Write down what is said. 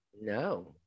No